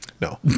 No